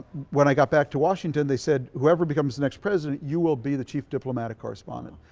when i got back to washington they said whoever becomes the next president you will be the chief diplomatic correspondent.